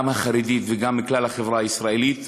גם החרדית וגם כלל החברה הישראלית.